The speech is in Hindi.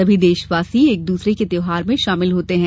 सभी देशवासी एक दूसरे के त्यौहारों में शामिल होते हैं